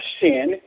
sin